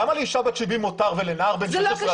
למה לאישה בת 70 מותר ולנער בן 16 אסור?